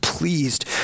Pleased